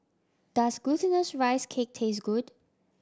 does Glutinous Rice Cake taste good